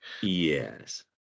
Yes